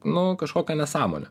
nu kažkokią nesąmonę